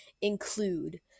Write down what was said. include